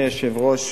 אדוני היושב-ראש,